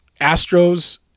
Astros